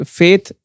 faith